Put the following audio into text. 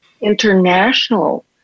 international